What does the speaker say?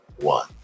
one